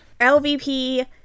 LVP